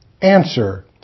Answer